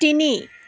তিনি